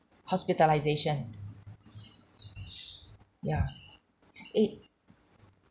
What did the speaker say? hospitalisation ya eh